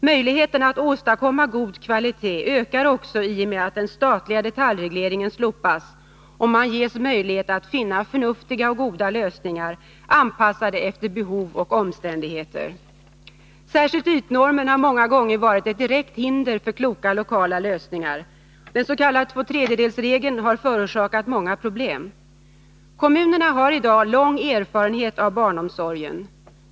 Möjligheterna att åstadkomma god kvalitet ökar också i och med att den statliga detaljregleringen slopas och man ges möjlighet att finna förnuftiga och goda lösningar anpassade efter behov och omständigheter. Särskilt ytnormen har många gånger varit ett direkt hinder för kloka, lokala lösningar. Den s.k. tvåtredjedelsregeln har förorsakat många problem. Kommunerna har i dag lång erfarenhet av barnomsorgen.